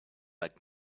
like